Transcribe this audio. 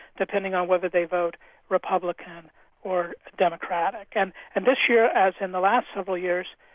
depending on whether they vote republican or democratic. and and this year, as in the last several years,